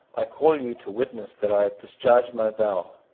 i call you to witness that i have discharged my vow.